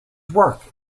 work